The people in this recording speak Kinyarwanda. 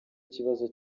ikibazo